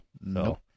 no